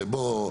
בוא,